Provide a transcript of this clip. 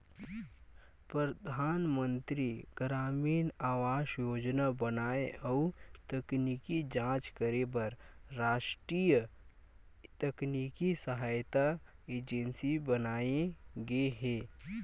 परधानमंतरी गरामीन आवास योजना बनाए अउ तकनीकी जांच करे बर रास्टीय तकनीकी सहायता एजेंसी बनाये गे हे